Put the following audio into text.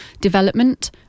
development